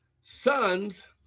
sons